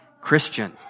Christian